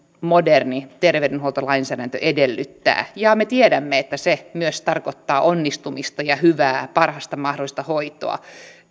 moderni terveydenhuoltolainsäädäntö edellyttää ja me tiedämme että se myös tarkoittaa onnistumista ja hyvää parasta mahdollista hoitoa